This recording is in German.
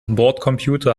bordcomputer